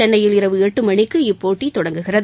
சென்னையில் இரவு எட்டு மணிக்கு இப்போட்டி தொடங்குகிறது